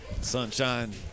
Sunshine